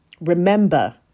Remember